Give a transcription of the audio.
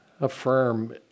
affirm